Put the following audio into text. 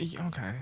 Okay